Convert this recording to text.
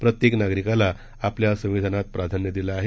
प्रत्येक नागरिकाला आपल्या संविधानात प्राधान्य दिलं आहे